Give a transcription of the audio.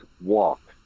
walk